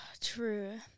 True